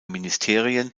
ministerien